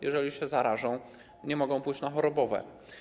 Jeżeli się zarażą, nie mogą pójść na chorobowe.